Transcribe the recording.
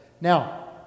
Now